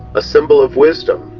a symbol of wisdom,